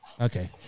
Okay